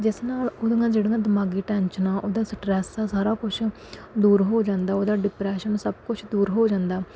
ਜਿਸ ਨਾਲ ਉਹਦੀਆਂ ਜਿਹੜੀਆਂ ਦਿਮਾਗੀ ਟੈਨਸ਼ਨਾਂ ਉਹਦਾ ਸਟ੍ਰੈੱਸ ਆ ਸਾਰਾ ਕੁਛ ਦੂਰ ਹੋ ਜਾਂਦਾ ਉਹਦਾ ਡਿਪਰੈਸ਼ਨ ਸਭ ਕੁਛ ਦੂਰ ਹੋ ਜਾਂਦਾ